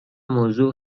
موضوع